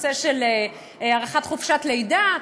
ונושא של הארכת חופשת לידה.